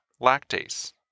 lactase